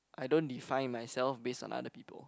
I don't define myself based on other people